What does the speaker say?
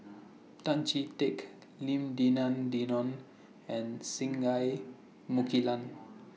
Tan Chee Teck Lim Denan Denon and Singai Mukilan